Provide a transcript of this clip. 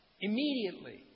Immediately